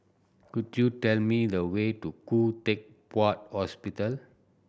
could you tell me the way to Khoo Teck Puat Hospital